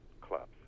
clubs